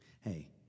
hey